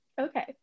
okay